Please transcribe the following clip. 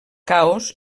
caos